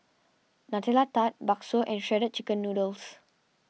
Nutella Tart Bakso and Shredded Chicken Noodles